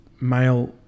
male